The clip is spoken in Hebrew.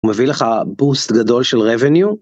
מביא לך בוסט גדול של revenue.